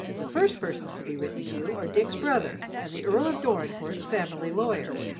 the first persons to be written to are dick's brother and the earl of dorincourt's family lawyer.